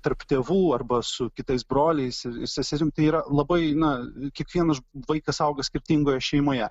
tarp tėvų arba su kitais broliais ir seserim tai yra labai na kiekvienas vaikas auga skirtingoje šeimoje